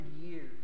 years